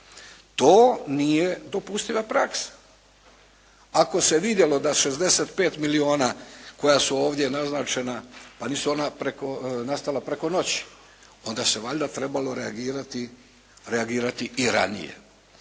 To nije dopustiva praksa. Ako se vidjelo da 65 milijuna koja su ovdje naznačena, pa nisu ona nastala preko noći. Onda se valjda trebalo reagirati i ranije.